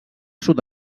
sud